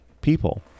people